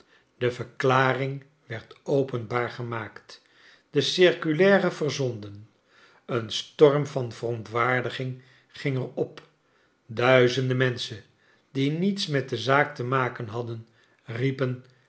de verklaring werd openbaar gemaakt de circulaire verzonden een storm van verontwaardiging ging er op duizenden menschen die niets met de zaak te maken hadden riepen